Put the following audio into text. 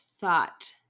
thought